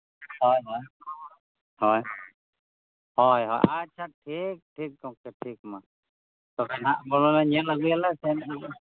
ᱦᱳᱭ ᱦᱳᱭ ᱦᱳᱭ ᱦᱳᱭ ᱦᱳᱭ ᱟᱪᱪᱷᱟ ᱴᱷᱤᱠ ᱴᱷᱤᱠ ᱜᱚᱢᱠᱮ ᱴᱷᱤᱠ ᱢᱟ ᱛᱚᱵᱮ ᱱᱟᱦᱟᱜ ᱚᱱᱟ ᱠᱚᱫᱚ ᱞᱮ ᱧᱮᱞ ᱟᱹᱜᱭᱟ ᱥᱮᱱ ᱞᱮᱱ ᱜᱮ